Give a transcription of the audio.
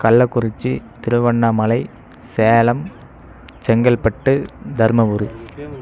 Kallakurichi Tiruvannamalai Salem Chengalpattu Dharmapuri